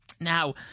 Now